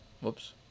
Whoops